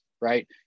Right